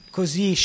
Così